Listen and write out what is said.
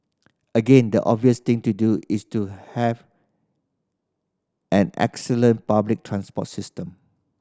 again the obvious thing to do is to have an excellent public transport system